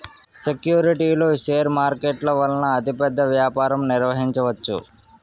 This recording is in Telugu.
సెక్యూరిటీలు షేర్ మార్కెట్ల వలన అతిపెద్ద వ్యాపారం నిర్వహించవచ్చు